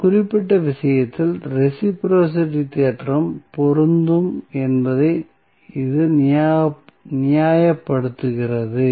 இந்த குறிப்பிட்ட விஷயத்தில் ரெஸிபிரோஸிட்டி தேற்றம் பொருந்தும் என்பதை இது நியாயப்படுத்துகிறது